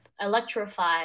electrify